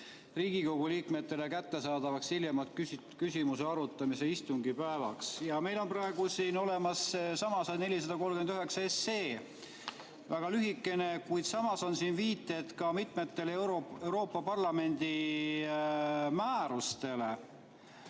Riigikogu liikmetele kättesaadavaks hiljemalt küsimuse arutamise päevaks. Meil on praegu siin seesama 439 SE, väga lühikene, kuid samas on siin viited ka mitmetele Euroopa Parlamendi määrustele,